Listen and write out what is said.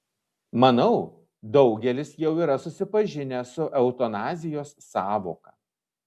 manau daugelis jau yra susipažinę su eutanazijos sąvoka